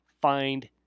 find